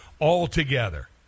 altogether